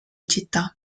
città